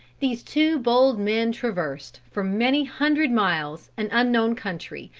these two bold men traversed, for many hundred miles, an unknown country,